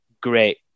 great